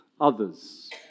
others